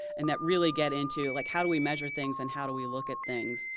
and that really get into like how do we measure things and how do we look at things.